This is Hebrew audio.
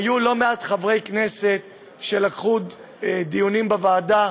היו לא מעט חברי כנסת שלקחו חלק בדיונים בוועדה: